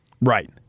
Right